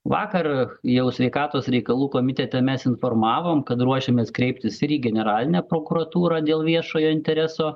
vakar jau sveikatos reikalų komitete mes informavom kad ruošiamės kreiptis ir į generalinę prokuratūrą dėl viešojo intereso